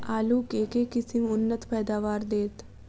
आलु केँ के किसिम उन्नत पैदावार देत?